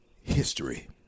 history